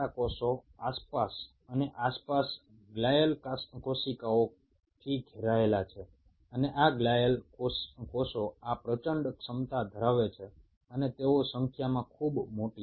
কিন্তু সাধারণত এই ঘটনা না ঘটার কারণ হলো আমাদের নিউরনগুলো প্রচুর সংখ্যক গ্লিয়াল কোষ দ্বারা পরিবেষ্টিত থাকে এবং এই গ্লিয়াল কোষগুলোর ক্ষমতা অপরিসীম হয় এবং তারা সংখ্যায়ও অসংখ্য হয়